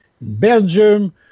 Belgium